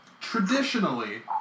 traditionally